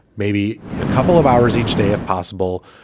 maybe a couple of hours each day, if possible,